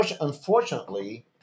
Unfortunately